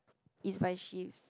is by shifts